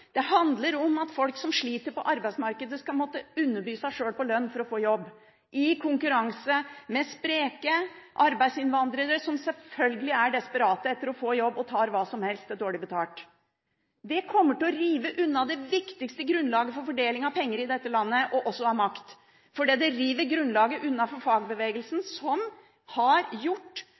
at folk som sliter på arbeidsmarkedet, skal måtte underby seg sjøl på lønn for å få jobb, i konkurranse med spreke arbeidsinnvandrere som selvfølgelig er desperate etter å få jobb, og som tar hva som helst, dårlig betalt. Det kommer til å rive bort det viktigste grunnlaget for fordeling av penger i dette landet, og også av makt, for det river bort grunnlaget for fagbevegelsen, som har gjort